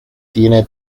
tiene